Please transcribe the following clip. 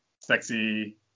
sexy